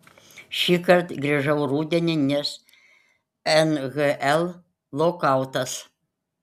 šįkart grįžau rudenį nes nhl lokautas